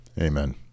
Amen